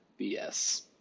bs